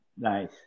Nice